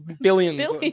billions